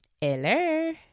hello